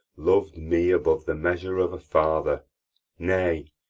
lov'd me above the measure of a father nay,